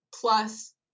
plus